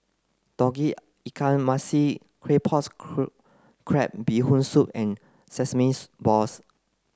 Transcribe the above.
Tauge Ikan Masin Claypot crab Bee Hoon soup and sesames balls